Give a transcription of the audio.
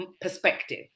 Perspective